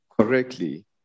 correctly